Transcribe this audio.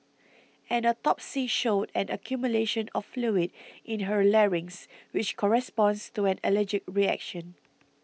an autopsy showed an accumulation of fluid in her larynx which corresponds to an allergic reaction